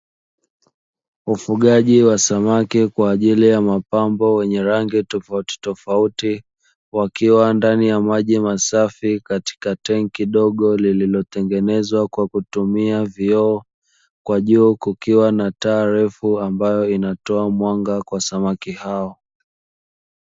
Ufugaji wa samaki kwa ajili ya mapambo wenye rangi tofautitofauti, wakiwa ndani ya maji masafi katika tenki dogo lililotengenezwa kwa kutumia vioo, kwa juu kukiwa na taa refu ambayo inatoa mwanga kwa samaki hao.